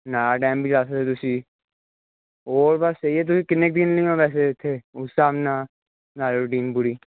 ਨਾਹਰ dam ਵੀ ਜਾ ਸਕਦੇ ਤੁਸੀਂ ਹੋਰ ਬਸ ਇਹ ਹੀ ਐ ਤੁਸੀਂ ਕਿੰਨੇ ਕੁ ਦਿਨ ਲਈ ਮੈਂ ਵੈਸੇ ਇੱਥੇ ਉਸ ਹਿਸਾਬ ਨਾ ਬਣਾ ਲਵਾਂ ਰੁਟੀਨ ਪੂਰੀ